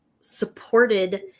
supported